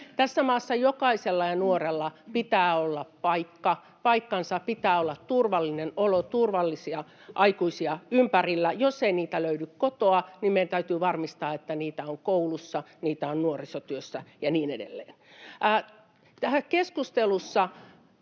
Tässä maassa jokaisella nuorella pitää olla paikkansa, pitää olla turvallinen olo, turvallisia aikuisia ympärillä. Jos ei niitä löydy kotoa, niin meidän täytyy varmistaa, että niitä on koulussa, niitä on nuorisotyössä ja niin edelleen. Tässä keskustelussa